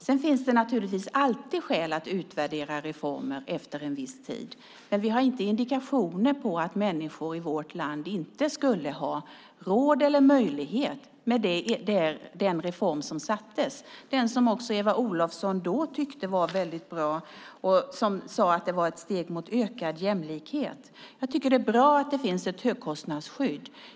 Sedan finns det naturligtvis alltid skäl att efter en viss tid utvärdera reformer, men vi har inga indikationer på att människor i vårt land inte skulle ha råd eller möjlighet i och med den reform som infördes, den som också Eva Olofsson då tyckte var väldigt bra och som hon sade var ett steg mot ökad jämlikhet. Jag tycker att det är bra att det finns ett högkostnadsskydd.